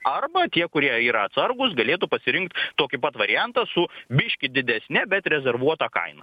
arba tie kurie yra atsargūs galėtų pasirinkt tokį pat variantą su biškį didesne bet rezervuota kaina